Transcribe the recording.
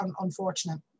unfortunate